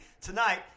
Tonight